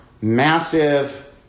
massive